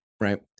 Right